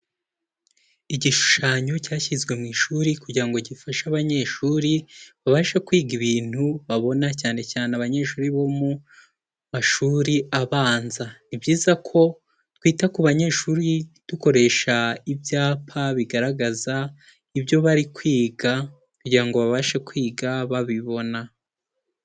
Igishushanyo cyashyizwe mu ishuri kugira ngo gifashe abanyeshuri babashe kwiga ibintu babona cyane cyane abanyeshuri bo mu mashuri abanza. Ni byiza ko twita ku banyeshuri dukoresha ibyapa bigaragaza ibyo bari kwiga kugira ngo babashe kwiga babibona.